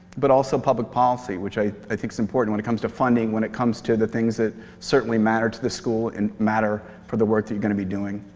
but also public policy, which i i think is important when it comes to funding, when it comes to the things that certainly matter to the school and matter for the work that you're going to be doing.